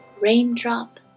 Raindrop